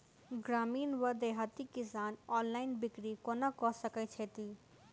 ग्रामीण वा देहाती किसान ऑनलाइन बिक्री कोना कऽ सकै छैथि?